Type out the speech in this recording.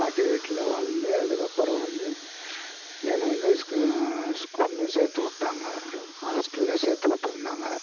பாட்டி வீட்டில் வளர்ந்து அதுக்கப்புறம் வந்து என்னை வந்து ஸ்க் ஸ்கூலில் சேர்த்து விட்டாங்க ஹாஸ்டலில் சேர்த்து விட்ருந்தாங்க